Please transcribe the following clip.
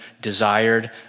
desired